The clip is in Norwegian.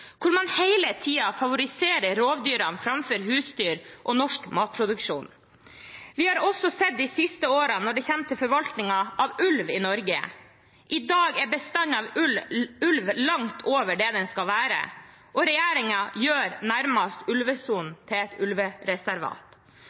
hvor man hele tiden favoriserer rovdyrene framfor husdyr og norsk matproduksjon. Vi har også sett de siste årene når det kommer til forvaltning av ulv i Norge, at i dag er bestanden av ulv langt over det den skal være – og regjeringen gjør ulvesonen nærmest til et ulvereservat.